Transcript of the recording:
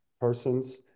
persons